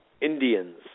Indians